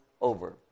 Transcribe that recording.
over